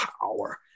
power